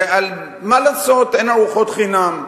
ומה לעשות, אין ארוחות חינם.